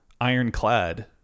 ironclad